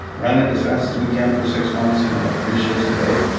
run it as fast as we can for six months, you know like three shifts a day,